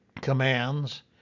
commands